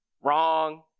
wrong